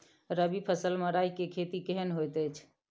रबी फसल मे राई के खेती केहन होयत अछि?